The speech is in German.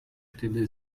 stelle